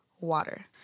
water